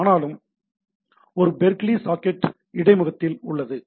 ஆனாலும் ஒரு Berkeley socket இடைமுகத்தில் உள்ளது